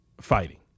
fighting